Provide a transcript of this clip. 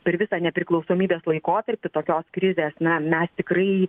per visą nepriklausomybės laikotarpį tokios krizės na mes tikrai